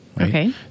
Okay